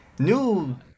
new